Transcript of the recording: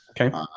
Okay